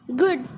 good